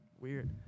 weird